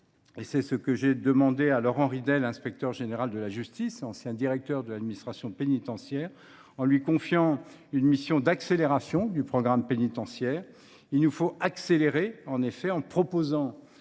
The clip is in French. C’est ce que j’ai demandé à Laurent Ridel, inspecteur général de la justice et ancien directeur de l’administration pénitentiaire, en lui confiant une mission d’accélération du programme pénitentiaire. Il nous faut en effet aller plus vite, en proposant